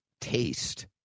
Taste